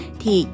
thì